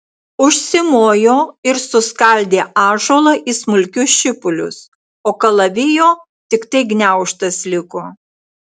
užsimojo ir suskaldė ąžuolą į smulkius šipulius o kalavijo tiktai gniaužtas liko